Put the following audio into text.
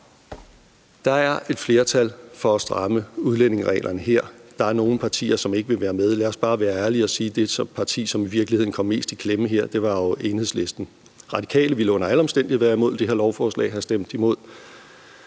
Der er et flertal for at stramme udlændingereglerne her. Der er nogle partier, som ikke vil være med, og lad os bare være ærlige og sige, at det parti, som i virkeligheden kom mest i klemme her, jo var Enhedslisten. Radikale ville under alle omstændigheder have stemt imod det her lovforslag. Men alle